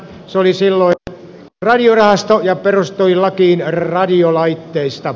se oli silloin radiorahasto ja perustui lakiin radiolaitteista